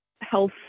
health